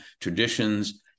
traditions